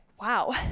Wow